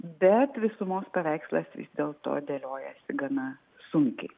bet visumos paveikslas vis dėlto dėliojasi gana sunkiai